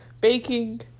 baking